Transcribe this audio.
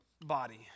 body